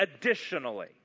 additionally